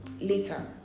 later